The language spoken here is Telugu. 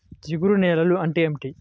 జిగురు నేలలు అంటే ఏమిటీ?